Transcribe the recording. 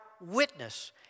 witness